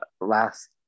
last